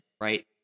right